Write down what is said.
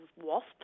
wasp